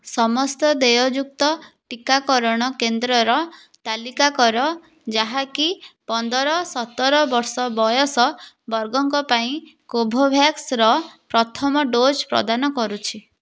ସମସ୍ତ ଦେୟଯୁକ୍ତ ଟୀକା କରଣ କେନ୍ଦ୍ରର ତାଲିକା କର ଯାହାକି ପନ୍ଦର ସତର ବର୍ଷ ବୟସ ବର୍ଗଙ୍କ ପାଇଁ କୋଭୋଭ୍ୟାକ୍ସର ପ୍ରଥମ ଡୋଜ୍ ପ୍ରଦାନ କରୁଛି